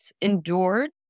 endured